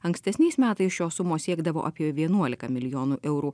ankstesniais metais šios sumos siekdavo apie vienuolika milijonų eurų